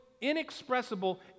inexpressible